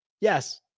Yes